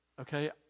okay